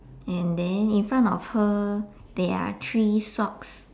and then in front of her there are three socks